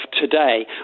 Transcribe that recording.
today